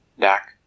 Dak